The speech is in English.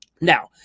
now